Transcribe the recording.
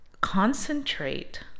concentrate